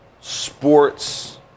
sports